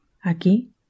Aquí